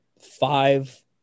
five